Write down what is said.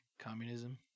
communism